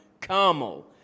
Carmel